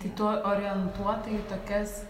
tai tu orientuota į tokias